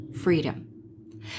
freedom